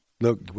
Look